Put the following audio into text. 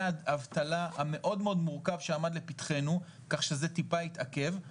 האבטלה המאוד מאוד מורכב שעמד לפתחנו כך שזה טיפה התעכב,